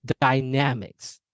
dynamics